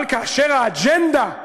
אבל כאשר האג'נדה,